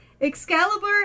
Excalibur